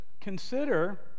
consider